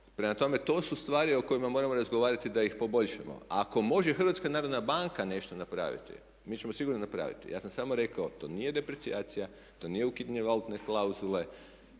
Prema tome, to su stvari o kojima moramo razgovarati da ih poboljšamo. Ako može HNB nešto napraviti mi ćemo sigurno napraviti. Ja sam samo rekao to nije deprecijacija, to nije ukidanje valutne klauzule,